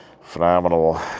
Phenomenal